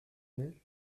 elle